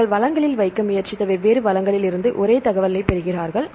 அவர்கள் வளங்களில் வைக்க முயற்சித்த வெவ்வேறு வளங்களிலிருந்து ஒரே தகவலைப் பெறுகிறார்கள்